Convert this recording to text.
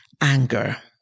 anger